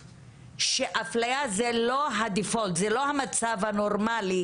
שאפליה היא לא הדיפולט זה לא המצב הנורמלי,